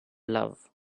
love